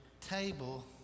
table